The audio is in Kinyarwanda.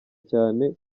cyane